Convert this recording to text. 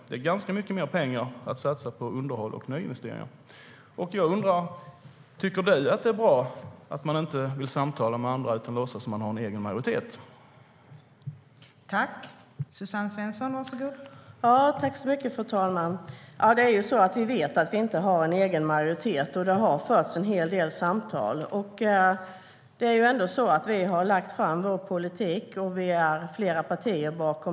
Det är ganska mycket mer pengar att satsa på underhåll och nyinvesteringar.